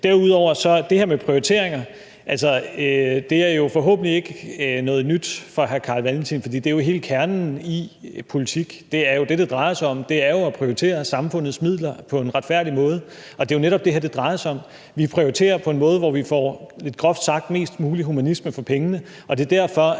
det her med prioriteringer. Det er jo forhåbentlig ikke noget nyt for hr. Carl Valentin, for det er hele kernen i politik. Det er jo det, det drejer sig om, altså at prioritere samfundets midler på en retfærdig måde. Det er netop det, det her drejer sig om. Vi prioriterer på en måde, hvor vi lidt groft sagt får mest mulig humanisme for pengene,